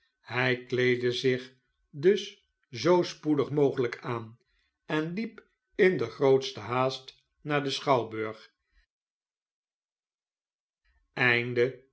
hij kleedde zich dus zoo spoedig mogelijk aan en liep in de grootste haast naar den schouwburg